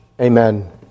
Amen